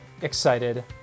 excited